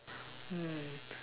mm